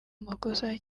amakosa